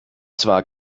zwar